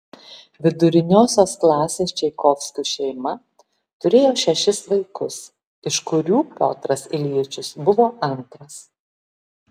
viduriniosios klasės čaikovskių šeima turėjo šešis vaikus iš kurių piotras iljičius buvo antras